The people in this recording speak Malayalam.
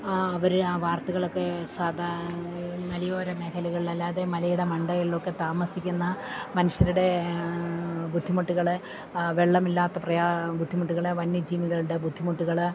അവർ ആ വാർത്തകളൊക്കെ സാധാ മലയോര മേഖലകളിലല്ലാതെ മലയുടെ മണ്ടകളിലൊക്കെ താമസിക്കുന്ന മനുഷ്യരുടെ ബുദ്ധിമുട്ടുകൾ വെള്ളമില്ലാത്ത പ്രയാസം ബുദ്ധിമുട്ടുകൾ വന്യജീവികളുടെ ബുദ്ധിമുട്ടുകൾ